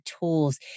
tools